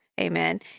amen